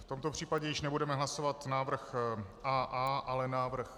V tomto případě již nebudeme hlasovat návrh AA, ale návrh...